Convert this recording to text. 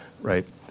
right